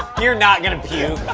you're not gonna puke.